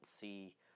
see